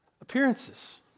Appearances